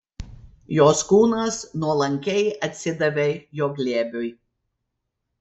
jos kūnas nuolankiai atsidavė jo glėbiui